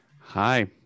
hi